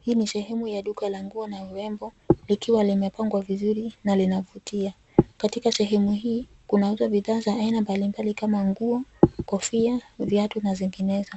Hii ni sehemu ya duka la nguo na urembo likiwa limepangwa vizuri na linavutia. Katika sehemu hii, kunauzwa bidhaa za aina mbalimbali kama nguo, kofia, viatu na zinginezo.